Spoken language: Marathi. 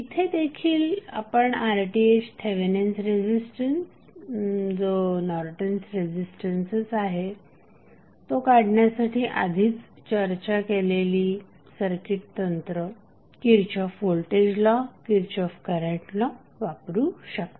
येथे देखील आपण RThथेवेनिन्स रेझिस्टन्स जो नॉर्टन्स रेझिस्टन्सच आहे तो काढण्यासाठी आधीच चर्चा केलेली सर्किट तंत्र Kirchhoff voltage law Kirchhoff current law वापरू शकता